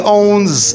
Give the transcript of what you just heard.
owns